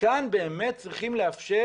כאן באמת צריכים לאפשר